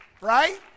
Right